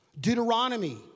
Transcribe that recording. Deuteronomy